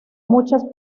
muchas